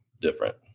different